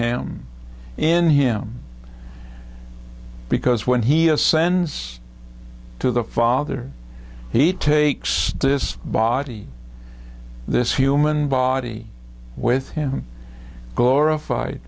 him in him because when he ascends to the father he takes this body this human body with him glorified